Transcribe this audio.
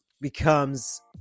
becomes